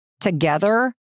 together